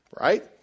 Right